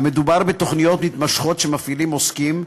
מדובר בתוכניות מתמשכות שמפעילים עוסקים,